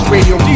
Radio